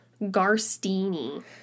garstini